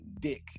dick